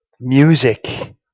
Music